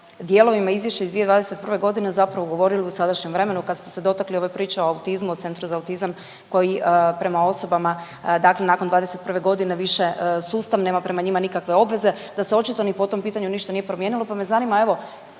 dijelovima Izvješća iz 2021. g. zapravo govorili o sadašnjem vremenu, kad ste se dotakli ove priče o autizmu, o Centru za autizam koji prema osobama dakle nakon 21. g. više sustav nema prema njima nikakve obveze, da se očito ni po tom pitanju ništa nije promijenilo, pa me zanima, evo,